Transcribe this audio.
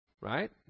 right